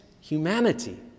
humanity